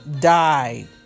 died